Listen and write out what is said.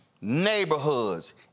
neighborhoods